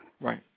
Right